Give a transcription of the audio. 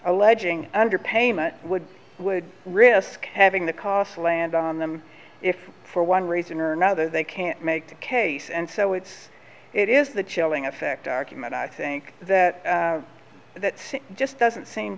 alleging underpayment would would risk having the cost land on them if for one reason or another they can't make a case and so if it is the chilling effect argument i think that that just doesn't seem